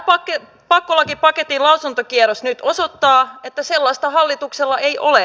tämä pakkolakipaketin lausuntokierros nyt osoittaa että sellaista hallituksella ei ole